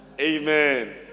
Amen